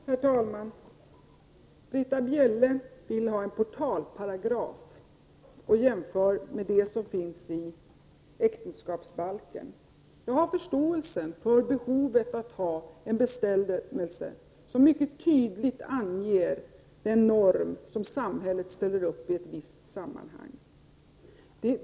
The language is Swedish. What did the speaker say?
Herr talman! Britta Bjelle vill ha en portalparagraf och jämför med den som finns i äktenskapsbalken. Jag har förståelse för behovet av att ha en bestämmelse, som mycket tydligt anger den norm som samhället ställer upp i ett visst sammanhang.